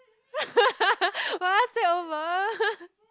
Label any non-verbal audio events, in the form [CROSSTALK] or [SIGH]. [LAUGHS] what's takeover [LAUGHS]